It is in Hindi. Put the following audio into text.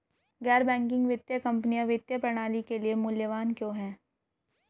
गैर बैंकिंग वित्तीय कंपनियाँ वित्तीय प्रणाली के लिए मूल्यवान क्यों हैं?